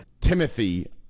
Timothy